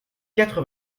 quatre